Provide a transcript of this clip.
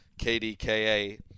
KDKA